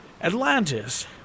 atlantis